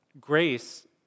Grace